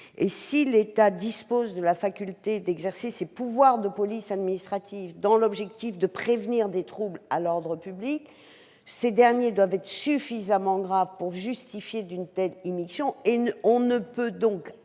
Si l'État dispose de la faculté d'exercer ses pouvoirs de police administrative dans le but de prévenir les troubles à l'ordre public, ces derniers doivent être suffisamment graves pour justifier d'une telle immixtion dans